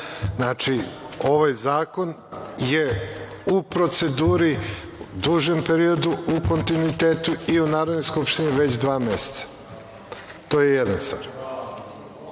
Znači, ovaj zakon je u proceduri u dužem periodu, u kontinuitetu i u Narodnoj skupštini već dva meseca. To je jedna